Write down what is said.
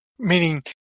Meaning